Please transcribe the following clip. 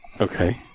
Okay